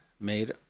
made